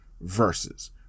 versus